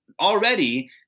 already